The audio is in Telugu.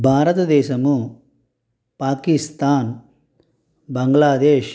భారతదేశము పాకిస్తాన్ బంగ్లాదేశ్